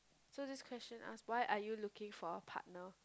so this question ask why are you looking for a partner